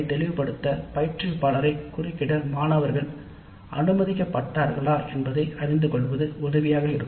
தெளிவுபடுத்த பயிற்றுவிப்பாளரை குறுக்கிடவும் மாணவர்கள் எப்போதும் அனுமதிக்கப்பட்டார்களா என்பதை அறிந்து கொள்வது உதவியாக இருக்கும்